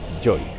joy